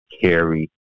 carry